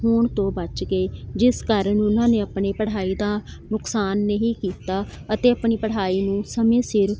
ਹੋਣ ਤੋਂ ਬਚ ਗਏ ਜਿਸ ਕਾਰਨ ਉਨ੍ਹਾਂ ਨੇ ਆਪਣੀ ਪੜ੍ਹਾਈ ਦਾ ਨੁਕਸਾਨ ਨਹੀਂ ਕੀਤਾ ਅਤੇ ਆਪਣੀ ਪੜ੍ਹਾਈ ਨੂੰ ਸਮੇਂ ਸਿਰ